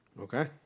Okay